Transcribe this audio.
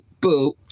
boo